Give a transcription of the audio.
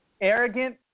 Arrogant